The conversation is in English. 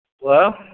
Hello